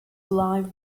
alive